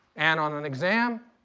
and on an exam,